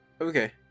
Okay